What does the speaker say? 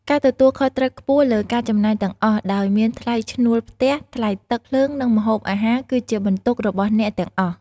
ការទទួលខុសត្រូវខ្ពស់លើការចំណាយទាំងអស់ ដោយមានថ្លៃឈ្នួលផ្ទះ ថ្លៃទឹក ភ្លើង និងម្ហូបអាហារ គឺជាបន្ទុករបស់អ្នកទាំងអស់។